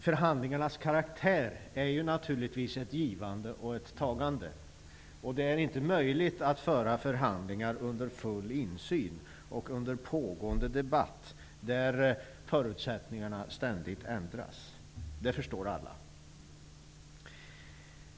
Förhandlingarnas karaktär är ett givande och ett tagande. Det är inte möjligt att föra förhandlingar under full insyn och under pågående debatt, där förutsättningarna ständigt ändras. Det förstår alla.